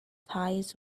thighs